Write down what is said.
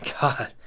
God